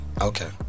okay